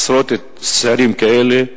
עשרות צעירים כאלה,